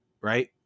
right